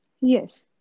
Yes